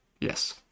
yes